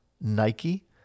Nike